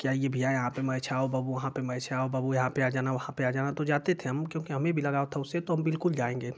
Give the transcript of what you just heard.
की आइये भैया यहाँ पर मैच है आओ बाबू वहाँ पर मैच है आओ बाबू यहाँ पर आ जाना वहाँ पर आ जाना तो जाते थे हम क्योंकि हमें भी लगाव था उससे तो हम बिल्कुल जायेंगे